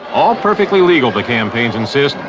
all perfectly legal, the campaigns insist,